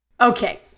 Okay